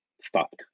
stopped